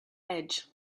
edge